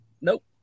Nope